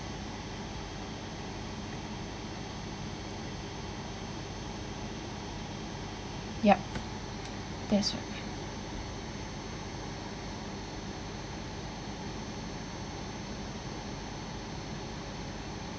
yup that's right